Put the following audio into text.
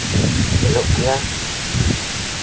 ᱮᱦᱚᱵ ᱠᱮᱜᱼᱟ